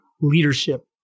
leadership